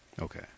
Okay